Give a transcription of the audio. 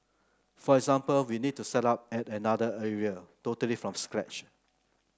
for example we need to set up at another area totally from scratch